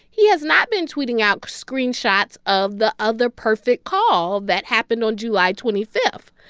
he has not been tweeting out screenshots of the other perfect call that happened on july twenty five.